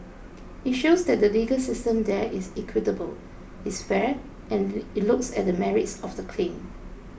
it shows that the legal system there is equitable it's fair and it looks at the merits of the claim